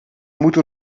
moeten